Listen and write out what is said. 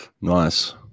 Nice